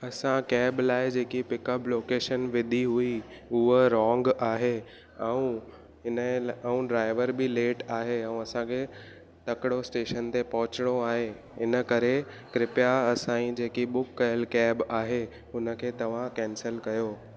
असां कैब लाइ जेकी पिक अप लोकेशन विधी हुई उहा रौंग आहे ऐं इन लाइ ऐं ड्राइवर बि लेट आहे ऐं असांखे तकिड़ो स्टेशन ते पहुचणो आहे इन करे कृपया असांजी जेकी बुक कयलु कैब आहे हुन खे तव्हां कैंसल कयो